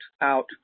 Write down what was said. out